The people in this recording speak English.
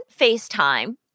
FaceTime